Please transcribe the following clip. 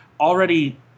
already